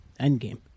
Endgame